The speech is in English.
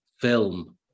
film